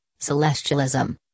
celestialism